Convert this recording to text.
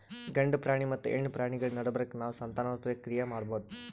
ಗಂಡ ಪ್ರಾಣಿ ಮತ್ತ್ ಹೆಣ್ಣ್ ಪ್ರಾಣಿಗಳ್ ನಡಬರ್ಕ್ ನಾವ್ ಸಂತಾನೋತ್ಪತ್ತಿ ಕ್ರಿಯೆ ಮಾಡಬಹುದ್